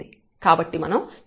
కాబట్టి మనం hn1n1